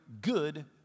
good